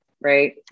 right